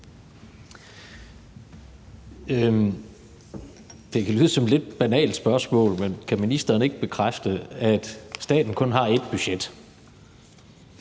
Det kan lyde som et lidt banalt spørgsmål, men kan ministeren ikke bekræfte, at staten kun har ét budget,